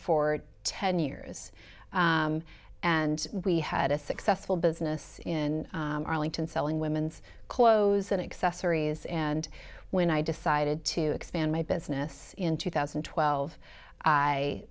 for ten years and we had a successful business in arlington selling women's clothes and accessories and when i decided to expand my business in two thousand and twelve i